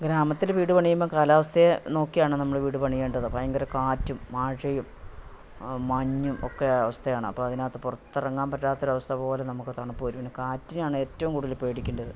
ഗ്രാമത്തിൽ വീട് പണിയുമ്പോൾ കാലാവസ്ഥയെ നോക്കിയാണ് നമ്മൾ വീട് പണിയേണ്ടത് ഭയങ്കര കാറ്റും മഴയും മഞ്ഞും ഒക്കെയവസ്ഥയാണ് അപ്പം അതിനകത്ത് പുറത്തിറങ്ങാൻ പറ്റാത്ത ഒരു അവസ്ഥപോലെ നമുക്ക് തണുപ്പ് വരും പിന്നെ കാറ്റിനെയാണ് ഏറ്റവും കൂടുതലും പേടിക്കേണ്ടത്